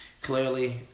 clearly